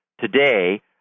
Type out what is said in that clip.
today